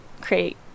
create